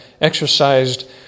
exercised